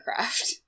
Minecraft